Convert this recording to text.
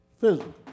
physical